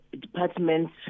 departments